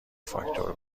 فاکتور